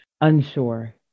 unsure